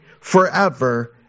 forever